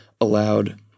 allowed